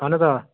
اَہَن حظ آ